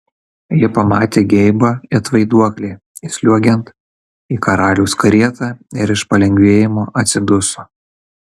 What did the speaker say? ji pamatė geibą it vaiduoklį įsliuogiant į karaliaus karietą ir iš palengvėjimo atsiduso